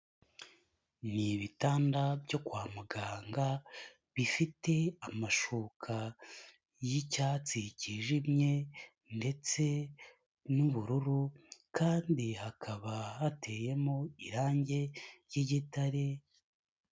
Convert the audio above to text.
Ni ibitanda byo kwa muganga, bifite amashuka y'icyatsi cyijimye ndetse n'ubururu kandi hakaba hateyemo irangi ry'igitare.